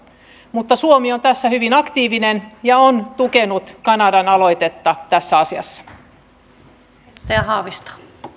mutta suomi on tässä hyvin aktiivinen ja on tukenut kanadan aloitetta tässä asiassa